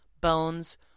bones